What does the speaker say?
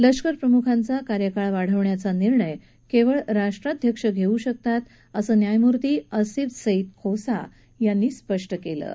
लष्कर प्रमुखांचा कार्यकाळ वाढवण्याच्या निर्णय केवळ राष्ट्राध्यक्ष घेऊन शकतात असं न्यायमूर्ती आसिफ सईद खोसा यांनी म्हटलं आहे